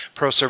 ProServe